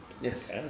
yes